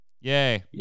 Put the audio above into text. Yay